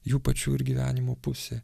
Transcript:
jų pačių ir gyvenimo pusė